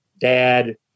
dad